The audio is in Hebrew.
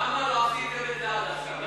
למה לא עשיתם את זה עד עכשיו?